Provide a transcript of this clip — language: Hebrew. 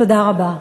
תודה רבה.